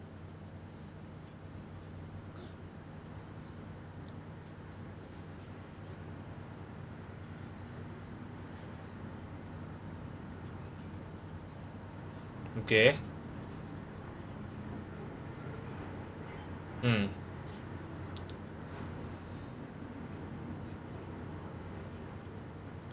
okay mm